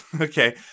okay